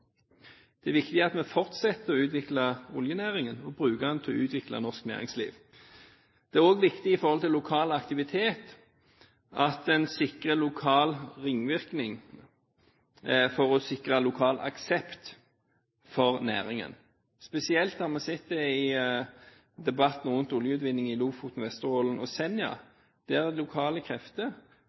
Det er viktig at vi fortsetter å utvikle oljenæringen, og bruker den til å utvikle norsk næringsliv. Det er også viktig med tanke på lokal aktivitet at en sikrer lokale ringvirkninger, dette for å sikre lokal aksept for næringen. Spesielt har vi sett det i debatten rundt oljeutvinning i Lofoten, Vesterålen og Senja, der lokale krefter